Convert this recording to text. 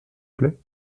plait